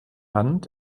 hand